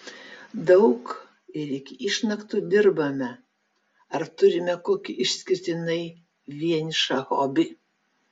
daug ir iki išnaktų dirbame ar turime kokį išskirtinai vienišą hobį